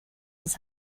his